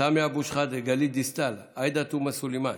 סמי אבו שחאדה, גלית דיסטל, עאידה תומא סלימאן,